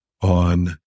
on